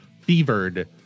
fevered